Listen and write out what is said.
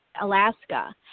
Alaska